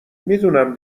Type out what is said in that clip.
میدونم